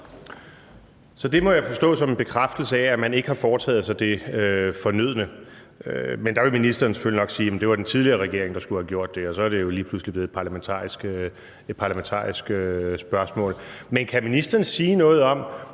Så det må jeg forstå som en bekræftelse af, at man ikke har foretaget sig det fornødne. Men der vil ministeren selvfølgelig nok sige, at det var den tidligere regering, der skulle have gjort det, og så er det jo lige pludselig blevet et parlamentarisk spørgsmål. Men kan ministeren sige noget om,